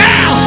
Now